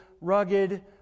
rugged